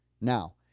now